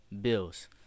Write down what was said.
Bills